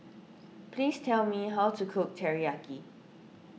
please tell me how to cook Teriyaki